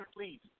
please